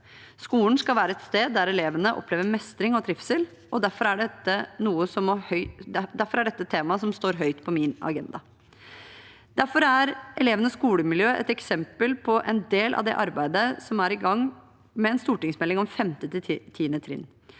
Skolen skal være et sted der elevene opplever mestring og trivsel, og derfor er dette et tema som står høyt på min agenda. Derfor er også elevenes skolemiljø et eksempel på en del av det arbeidet som er i gang med en stortingsmelding om 5.– 10. trinn.